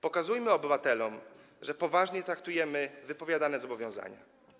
Pokazujmy obywatelom, że poważnie traktujemy wypowiadane zobowiązania.